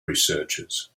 researchers